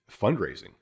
fundraising